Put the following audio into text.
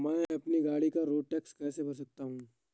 मैं अपनी गाड़ी का रोड टैक्स कैसे भर सकता हूँ?